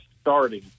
starting